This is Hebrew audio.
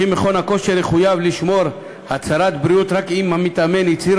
וכי מכון הכושר יחויב לשמור הצהרת בריאות רק אם המתאמן הצהיר